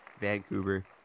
Vancouver